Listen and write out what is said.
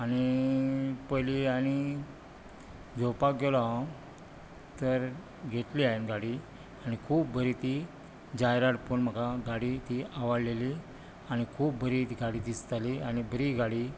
आनी पयली आनी घेवपाक गेलो हांव तर घेतली हांयेन गाडी आनी खूब बरी ती जायरात पोवून म्हाका गाडी ती आवडलेली आनी खूब बरी ती गाडी दिसताली आनी बरी गाडी